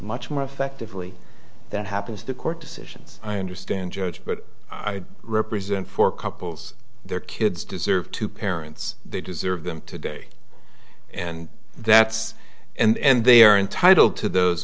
much more effectively that happens the court decisions i understand judge but i represent four couples their kids deserve two parents they deserve them today and that's and they are entitled to those